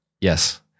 yes